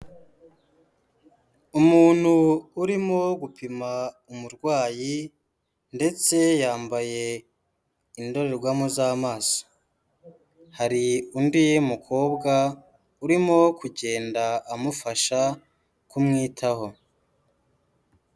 Umuntu urimo gupima umurwayi ndetse yambaye indorerwamo z'amaso. Hari undi mukobwa urimo kugenda amufasha kumwitaho.